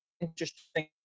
interesting